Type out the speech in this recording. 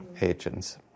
agents